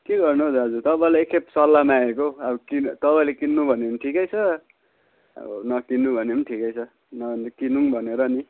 के गर्नु हो दाजु तपाईँलाई एकखेप सल्लाह मागेको अब किन तपाईँले किन्नु भन्यो भने ठिकै छ अब नकिन्नु भने पनि ठिकै छ किनभने किनौँ भनेर नि